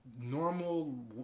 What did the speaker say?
normal